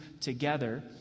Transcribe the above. together